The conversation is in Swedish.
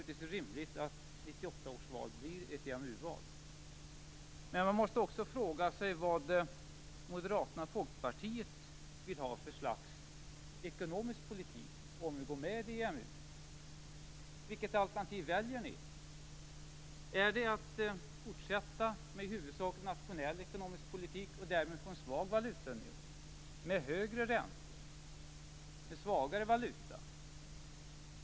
Det är rimligt att 1998 års val blir ett EMU-val. Man måste också fråga sig vilken ekonomisk politik Moderaterna och Folkpartiet vill ha om vi går med i EMU. Vilket alternativ väljer ni? Är det att fortsätta med en i huvudsak nationell ekonomisk politik och därmed få en svag valutaunion med högre räntor och svagare valuta?